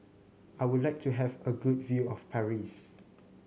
I would like to have a good view of Paris